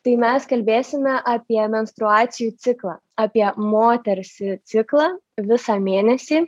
tai mes kalbėsime apie menstruacijų ciklą apie moters ciklą visą mėnesį